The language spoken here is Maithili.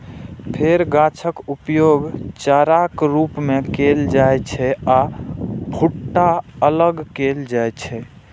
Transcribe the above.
फेर गाछक उपयोग चाराक रूप मे कैल जाइ छै आ भुट्टा अलग कैल जाइ छै